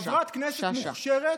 שאשא.